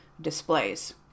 displays